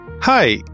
Hi